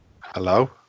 Hello